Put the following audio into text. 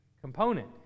component